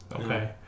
Okay